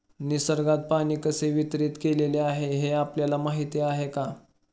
निसर्गात पाणी कसे वितरीत केलेले आहे हे आपल्याला माहिती आहे का?